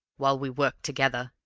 while we worked together.